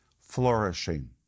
flourishing